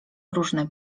różne